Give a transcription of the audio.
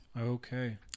okay